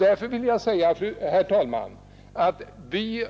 Därför vill jag säga, herr talman, att vi